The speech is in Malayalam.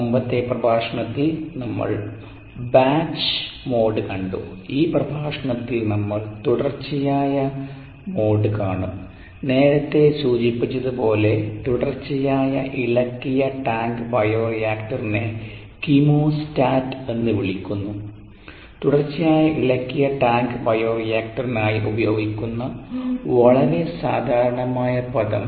മുമ്പത്തെ പ്രഭാഷണത്തിൽ നമ്മൾ ബാച്ച് മോഡ് കണ്ടു ഈ പ്രഭാഷണത്തിൽ നമ്മൾ തുടർച്ചയായ മോഡ് കാണും നേരത്തെ സൂചിപ്പിച്ചതുപോലെ തുടർച്ചയായ ഇളക്കിയ ടാങ്ക് ബയോ റിയാക്ടറിനെ കീമോസ്റ്റാറ്റ് എന്നു വിളിക്കുന്നു തുടർച്ചയായ ഇളക്കിയ ടാങ്ക് ബയോ റിയാക്ടറിനായി ഉപയോഗിക്കുന്ന വളരെ സാധാരണമായ പദം